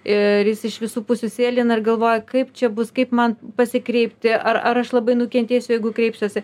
ir jis iš visų pusių sėlina ir galvoja kaip čia bus kaip man pasikreipti ar ar aš labai nukentėsiu jeigu kreipsiuosi